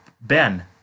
Ben